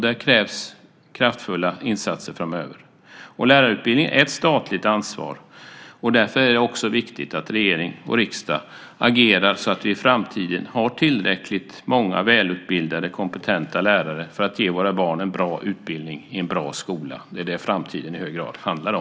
Där krävs kraftfulla insatser framöver. Lärarutbildningen är ett statligt ansvar. Därför är det också viktigt att regering och riksdag agerar så att vi i framtiden har tillräckligt många välutbildade kompetenta lärare för att ge våra barn en bra utbildning i en bra skola. Det är det framtiden i hög grad handlar om.